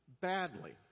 Badly